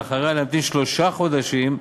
ואחריה להמתין שלושה חודשים.